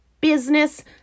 business